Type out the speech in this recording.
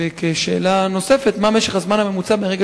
שאלה נוספת: מה משך הזמן הממוצע מרגע